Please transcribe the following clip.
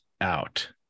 out